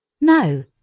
No